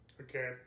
Okay